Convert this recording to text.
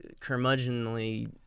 curmudgeonly